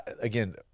again